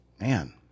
Man